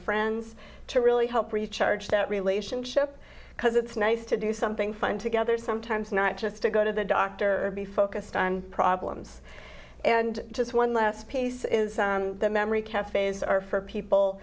friends to really help recharge that relationship because it's nice to do something fun together sometimes not just to go to the doctor be focused on problems and just one last piece is the memory cafe's are for people